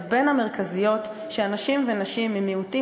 הן בין המרכזיות שאנשים ונשים ממיעוטים